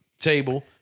table